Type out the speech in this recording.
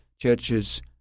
churches